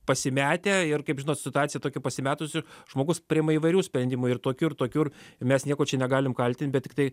pasimetę ir kaip žinot situacija tokia pasimetusi žmogus priima įvairių sprendimų ir tokių ir tokių ir mes nieko čia negalim kaltint bet tiktai